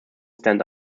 stand